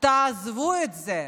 תעזבו את זה.